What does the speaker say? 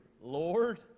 Lord